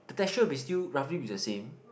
the texture will be still roughly be the same